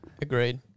Agreed